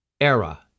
era